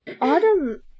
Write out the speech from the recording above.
Autumn